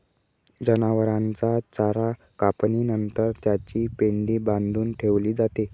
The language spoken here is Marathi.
जनावरांचा चारा कापणी नंतर त्याची पेंढी बांधून ठेवली जाते